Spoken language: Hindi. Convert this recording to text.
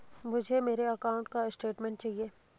मुझे मेरे अकाउंट का स्टेटमेंट चाहिए?